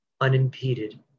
unimpeded